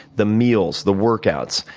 the meals, the workouts,